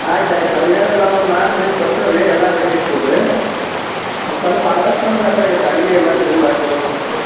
ಆಯ್ತು ಆಯ್ತು ಹಾಗಾರೆ ನಾವು ನಾಳೆ ಬೆಳಿಗ್ಗೆ ಬರ್ತೇವೆ ರೀ ಎಲ್ಲ ರೆಡಿ ಇಟ್ಬಿಡ್ರಿ ಸ್ವಲ್ಪ ಆದಷ್ಟು ನಮ್ಗೆ ಅದ್ರಾಗ ಬಾಡ್ಗೆ ಎಲ್ಲ ಕಡಿಮೆ ಮಾಡಿಕೊಡುವಂತ್ರಿ ತೊಗೋರಿ